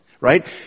right